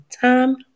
time